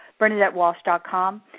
BernadetteWalsh.com